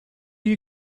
you